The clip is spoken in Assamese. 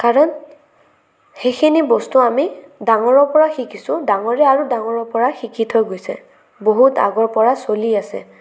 কাৰণ সেইখিনি বস্তু আমি ডাঙৰৰ পৰা শিকিছোঁ ডাঙৰে আৰু ডাঙৰৰ পৰা শিকি থৈ গৈছে বহুত আগৰ পৰা চলি আছে